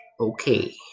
Okay